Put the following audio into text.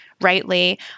rightly